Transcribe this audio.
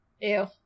Ew